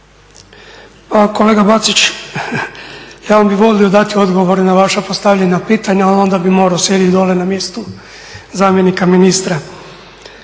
kolega Bačić, ja bi vam volio dati odgovor na vaša postavljena pitanja, ali onda bi mora sjedit dolje na mjestu zamjenika ministra.